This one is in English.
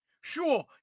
Sure